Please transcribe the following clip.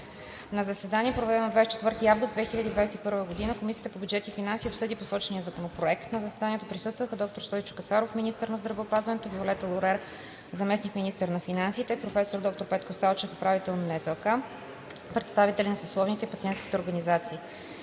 На заседание, проведено на 24 август 2021 г., Комисията по бюджет и финанси обсъди посочения законопроект. На заседанието присъстваха: доктор Стойчо Кацаров – министър на здравеопазването, Виолета Лорер – заместник-министър на финансите; професор доктор Петко Салчев – управител на НЗОК; представители на съсловните и пациентските организации.